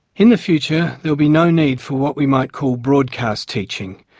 in the future there will be no need for what we might call broadcast teaching.